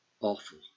awful